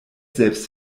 selbst